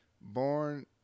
born